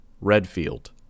Redfield